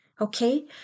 okay